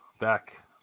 Back